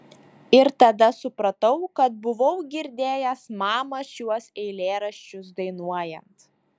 ir tada supratau kad buvau girdėjęs mamą šiuos eilėraščius dainuojant